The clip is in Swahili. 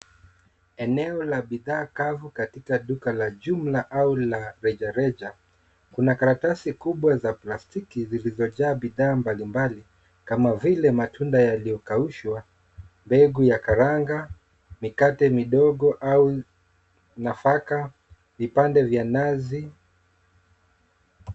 Eneo la bidhaa kavu katika duka la jumla au la rejareja kuna karatasi kubwa za plastiki zilizojaa bidhaa mbalimbali kama vile matunda yaliyokaushwa, mbegu ya karanga, mikate midogo, nafaka na vipande vya nazi.